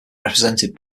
represented